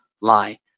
lie